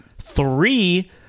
three